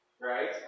Right